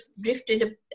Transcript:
drifted